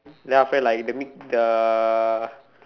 then after that like the mid the